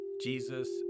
Jesus